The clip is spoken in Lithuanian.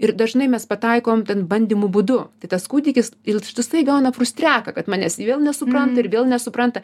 ir dažnai mes pataikom ten bandymų būdu tai tas kūdikis ištisai gauna frustreką kad manęs vėl nesupranta ir vėl nesupranta